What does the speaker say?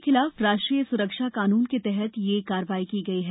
इनके खिलाफ राष्ट्रीय सुरक्षा कानून के तहत यह कार्यवाही की गई है